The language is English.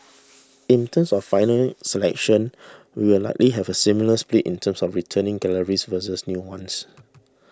in terms of final selection we will likely have a similar split in terms of returning galleries versus new ones